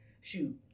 Shoot